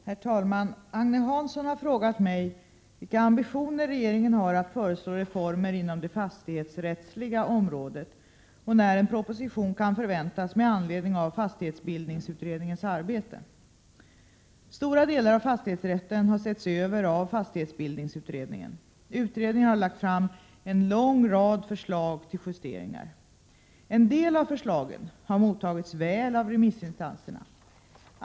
Herr talman! Agne Hansson har frågat mig vilka ambitioner regeringen har att föreslå reformer inom det fastighetsrättsliga området och när en proposition kan förväntas med anledning av fastighetsbildningsutredningens arbete. Stora delar av fastighetsrätten har setts över av fastighetsbildningsutredningen. Utredningen har lagt fram en lång rad förslag till justeringar. En del av förslagen har mottagits väl av remissinstanserna.